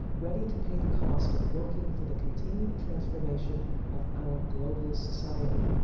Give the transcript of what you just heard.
ready to pay the cost of working for the continued transformation of our global society,